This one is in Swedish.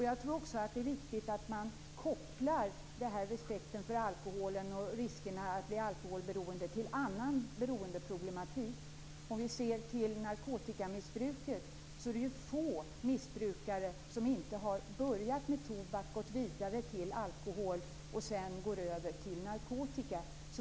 Jag tror också att det är viktigt att man kopplar respekten för alkoholen och riskerna att bli alkoholberoende till annan beroendeproblematik. Om vi ser till narkotikamissbruket, är det ju få missbrukare som inte har börjat med tobak, gått vidare till alkohol och sedan gått över till narkotika.